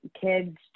kids